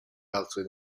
altre